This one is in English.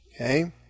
Okay